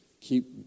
keep